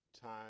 time